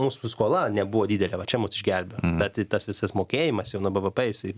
mūsų skola nebuvo didelė va čia mus išgelbėjo bet tai visas mokėjimas jau nuo bvp jisai